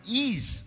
ease